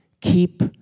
keep